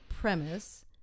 premise